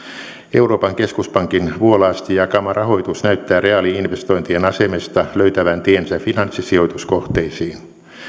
euroopan keskuspankin vuolaasti jakama rahoitus näyttää reaali investointien asemesta löytävän tiensä finanssisijoituskohteisiin